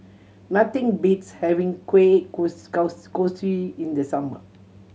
nothing beats having Kueh Kosui in the summer